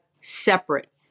separate